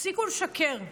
תפסיקו לשקר.